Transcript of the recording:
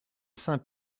saint